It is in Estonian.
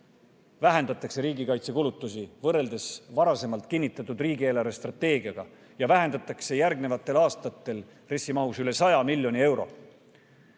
vähendatakse riigikaitsekulutusi võrreldes varasemalt kinnitatud riigi eelarvestrateegiaga ja vähendatakse järgnevatel aastatel RES‑i mahus üle 100 miljoni euro.